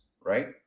right